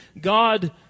God